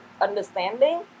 understanding